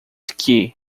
que